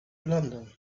london